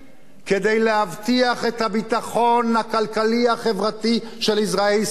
כדי להבטיח את הביטחון הכלכלי-החברתי של אזרחי ישראל.